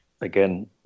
again